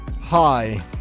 Hi